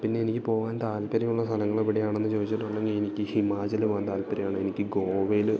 പിന്നെ എനിക്ക് പോകാൻ താല്പര്യമുള്ള സ്ഥലങ്ങളെവിടെയാണെന്ന് ചോദിച്ചിട്ടുണ്ടെങ്കിൽ എനിക്ക് ഹിമാചല് പോവാൻ താല്പര്യവാണ് എനിക്ക് ഗോവയിൽ